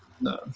No